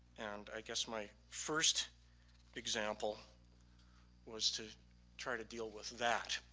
and i guess my first example was to try to deal with that.